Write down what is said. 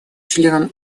членам